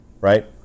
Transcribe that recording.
right